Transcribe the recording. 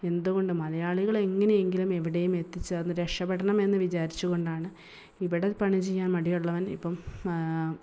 എന്തുകൊണ്ടും മലയാളികളെങ്ങനെയെങ്കിലും എവിടെയും എത്തിച്ചേർന്ന് രക്ഷപ്പെടണമെന്നു വിചാരിച്ചു കൊണ്ടാണ് ഇവിടെ പണി ചെയ്യാൻ മടിയുള്ളവൻ ഇപ്പം